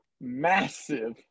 massive